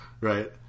Right